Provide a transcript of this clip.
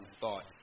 thought